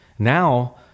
Now